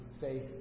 faith